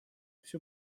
все